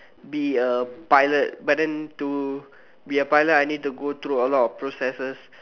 be a pilot but then to be a pilot I need to go through a lot of processes